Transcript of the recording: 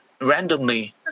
randomly